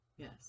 Yes